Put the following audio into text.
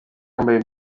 yambaye